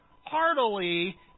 heartily